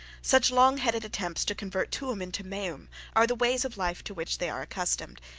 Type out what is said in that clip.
such long-headed attempts to convert tuum into meum are the ways of life to which they are accustomed.